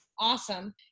Awesome